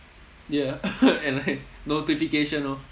ya and like notification orh